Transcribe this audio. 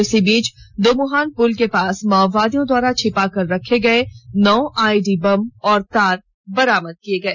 इसी बीच दुमुहान पूल के पास माओवादियों द्वार छिपा कर रखे गए नौ आईईडी बम और तार बरामद किए गए